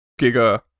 giga